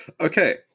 Okay